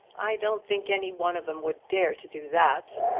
i don't think any one of em would dare to do that,